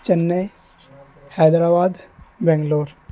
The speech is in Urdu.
چنئی حیدرآباد بنگلور